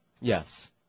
Yes